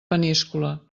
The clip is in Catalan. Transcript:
peníscola